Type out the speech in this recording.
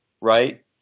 right